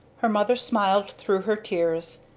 her mother smiled through her tears.